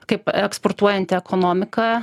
kaip eksportuojanti ekonomika